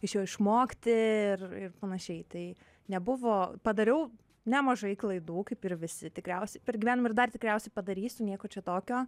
iš jo išmokti ir ir panašiai tai nebuvo padariau nemažai klaidų kaip ir visi tikriausiai per gyvenimą ir dar tikriausiai padarysiu nieko čia tokio